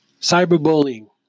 cyberbullying